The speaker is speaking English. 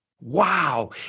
Wow